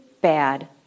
bad